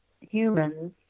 humans